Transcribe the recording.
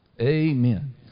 Amen